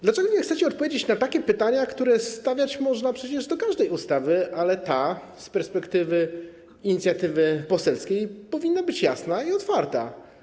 Dlaczego nie chcecie odpowiedzieć na pytania, które stawiać można przecież w wypadku każdej ustawy, ale ta z perspektywy inicjatywy poselskiej powinna być jasna i otwarta.